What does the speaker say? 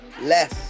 less